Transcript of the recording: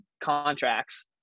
contracts